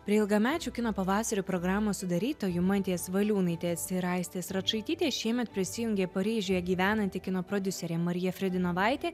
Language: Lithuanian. prie ilgamečių kino pavasario programos sudarytojų mantės valiūnaitės ir aistės račaitytės šiemet prisijungė paryžiuje gyvenanti kino prodiuserė marija fredinovaitė